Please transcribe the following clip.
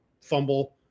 fumble